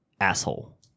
asshole